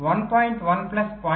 1 plus 0